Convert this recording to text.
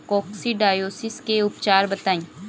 Coccidiosis के उपचार बताई?